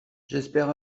j’espère